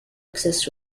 exist